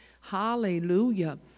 hallelujah